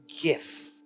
gift